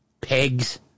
Pegs